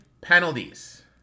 penalties